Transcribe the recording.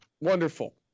Wonderful